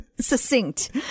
Succinct